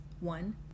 one